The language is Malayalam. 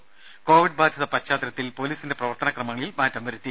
ത കോവിഡ് ബാധിത പശ്ചാത്തലത്തിൽ പൊലീസിന്റെ പ്രവർത്തന ക്രമങ്ങളിൽ മാറ്റം വരുത്തി